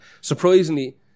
surprisingly